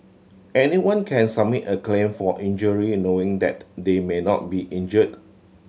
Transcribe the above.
anyone can submit a claim for injury knowing that they may not be injured